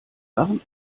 waren